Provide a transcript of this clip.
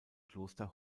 kloster